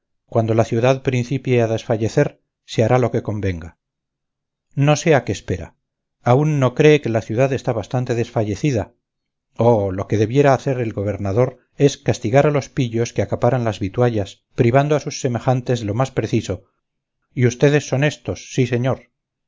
cuando la ciudad principie a desfallecer se hará lo que convenga no sé a qué espera aún no cree que la ciudad está bastante desfallecida oh lo que debiera hacer el gobernador es castigar a los pillos que acaparan las vituallas privando a sus semejantes de lo más preciso y ustedes son estos sí señor